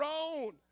own